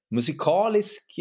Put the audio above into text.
Musikalisk